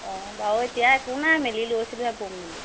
অঁ বাৰু এতিয়া একো নাই মেলি লৈছিলোহে ব'ব বুলি